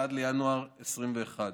ביום 7 בינואר 2021,